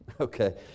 Okay